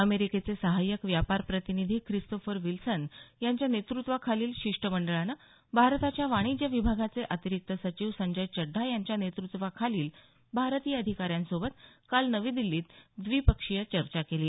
अमेरिकेचे सहाय्यक व्यापार प्रतिनिधी ख्रिस्तोफर विल्सन यांच्या नेतृत्वाखालील शिष्टमंडळानं भारताच्या वाणिज्य विभागाचे अतिरिक्त सचिव संजय चड्डा यांच्या नेतृत्वाखालील भारतीय अधिकाऱ्यांसोबत काल नवी दिल्लीत द्विपक्षीय चर्चा केली